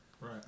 right